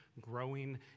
growing